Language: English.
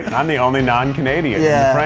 and i'm the only non-canadian yeah